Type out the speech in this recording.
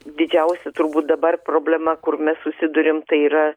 didžiausia turbūt dabar problema kur mes susiduriam tai yra